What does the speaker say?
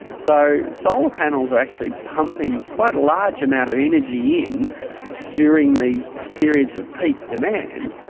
so, solar panels are actually pumping quite a large amount of energy in during these periods of peak demand,